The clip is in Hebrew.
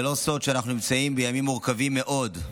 זה לא סוד שאנחנו נמצאים בימים מורכבים מאוד,